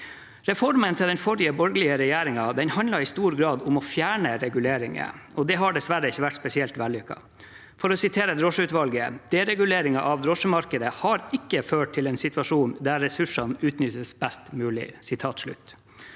Reformen til den forrige, borgerlige, regjeringen handlet i stor grad om å fjerne reguleringer. Det har dessverre ikke vært spesielt vellykket. For å sitere drosjeutvalget: «Dereguleringen av drosjemarkedet har ikke ført til en situasjon der ressursene utnyttes best mulig.»